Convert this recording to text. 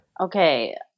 okay